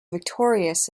victorious